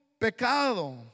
pecado